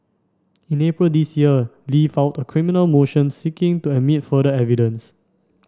in April this year Li filed a criminal motion seeking to admit further evidence